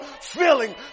feeling